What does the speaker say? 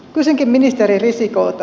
kysynkin ministeri risikolta